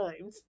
times